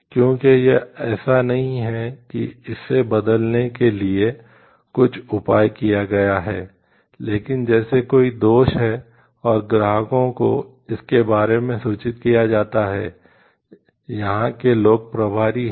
क्योंकि यह ऐसा नहीं है कि इसे बदलने के लिए कुछ उपाय किया गया है लेकिन जैसे कोई दोष है और ग्राहकों को इसके बारे में सूचित किया जाता है यहां के लोग प्रभारी हैं